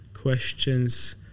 questions